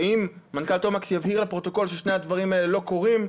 שאם מנכ"ל תומקס יבהיר לפרוטוקול ששני הדברים האלה לא קורים,